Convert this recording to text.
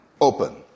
open